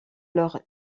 leur